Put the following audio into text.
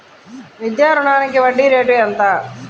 విద్యా రుణానికి వడ్డీ రేటు ఎంత?